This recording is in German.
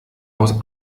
aus